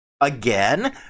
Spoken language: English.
again